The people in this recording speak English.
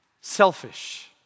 selfish